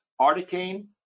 Articaine